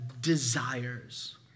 desires